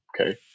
okay